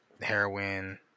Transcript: heroin